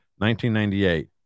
1998